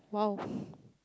!wow!